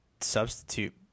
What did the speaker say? substitute